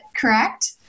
correct